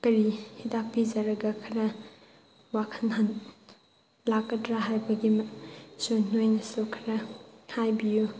ꯀꯔꯤ ꯍꯤꯗꯥꯛ ꯄꯤꯖꯔꯒ ꯈꯔ ꯋꯥꯈꯟ ꯂꯥꯛꯀꯗ꯭ꯔꯥ ꯍꯥꯏꯕꯒꯤꯃꯛꯁꯨ ꯅꯣꯏꯅꯁꯨ ꯈꯔ ꯍꯥꯏꯕꯤꯌꯨ